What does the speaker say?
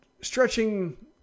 stretching